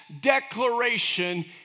declaration